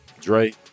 dre